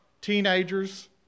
teenagers